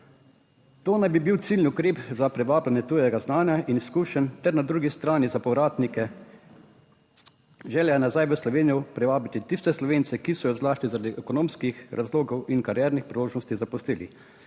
To naj bi bil ciljni ukrep za privabljanje tujega znanja in izkušenj ter na drugi strani za povratnike. Želja nazaj v Slovenijo privabiti tiste Slovence, ki so jo zlasti zaradi ekonomskih razlogov in kariernih priložnosti zaposlili.